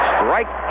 Strike